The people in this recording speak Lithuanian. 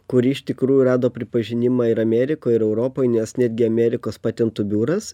kuri iš tikrųjų rado pripažinimą ir amerikoj ir europoj nes netgi amerikos patentų biuras